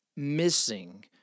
missing